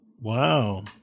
Wow